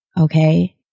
okay